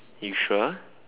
you sure